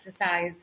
exercise